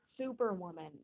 Superwoman